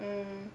mm